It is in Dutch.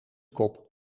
kop